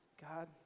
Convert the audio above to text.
God